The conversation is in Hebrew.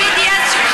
תודה, אדוני.